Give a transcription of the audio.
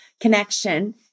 connection